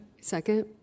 Second